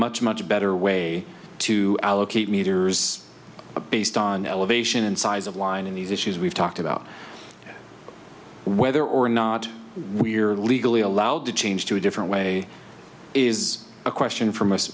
much much better way to allocate meters based on elevation and size of line and these issues we've talked about whether or not we're legally allowed to change to a different way is a question f